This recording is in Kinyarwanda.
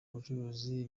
ubucuruzi